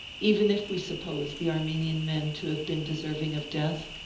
even if we suppose the ar menian men to have been deserving of death,